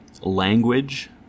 Language